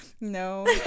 No